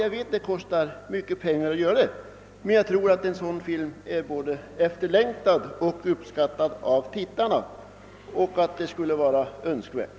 Jag vet att det kostar mycket pengar, men jag tror att en sådan film är efterlängtad och skulle uppskattas av tittarna.